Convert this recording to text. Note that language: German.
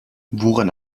woran